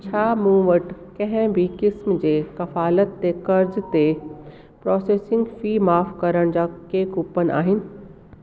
छा मूं वटि कहिं बि किस्म जे कफ़ालत ते कर्ज ते प्रोसेसिंग फी माफ़ करण जा के कूपन आहिनि